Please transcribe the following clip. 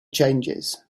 changes